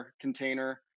container